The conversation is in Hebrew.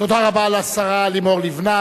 תודה רבה לשרה לימור לבנת,